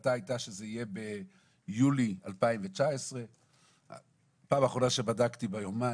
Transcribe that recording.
ההחלטה הייתה שזה יהיה ביולי 2019. פעם אחרונה שבדקתי ביומן,